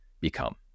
become